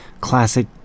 classic